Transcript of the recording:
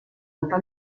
ruota